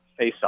faceoff